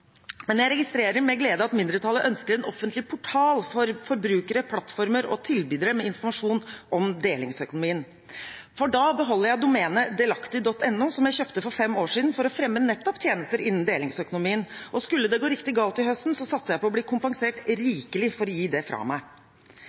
Men jeg registrerer med glede at mindretallet ønsker en offentlig portal for forbrukere, plattformer og tilbydere med informasjon om delingsøkonomien. For da beholder jeg domenet delaktig.no, som jeg kjøpte for fem år siden for å fremme nettopp tjenester innen delingsøkonomien. Og skulle det gå riktig galt til høsten, satser jeg på å bli kompensert rikelig for å gi det fra meg.